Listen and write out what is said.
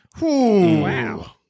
Wow